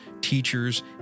teachers